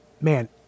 man